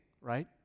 right